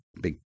big